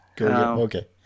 Okay